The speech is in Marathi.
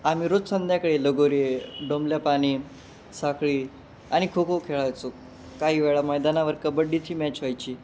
आम्ही रोज संध्याकाळी लगोरी डोंबल्या पाणी साखळी आणि खो खो खेळायचो काही वेळा मैदानावर कबड्डीची मॅच व्हायची